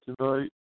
tonight